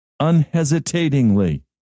unhesitatingly